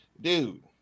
Dude